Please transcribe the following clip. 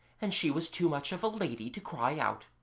and she was too much of a lady to cry out.